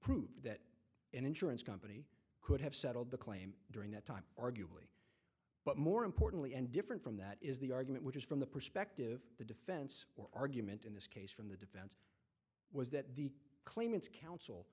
prove that an insurance company could have settled the claim during that time arguably but more importantly and different from that is the argument which is from the perspective the defense or argument in this case was that the claimants council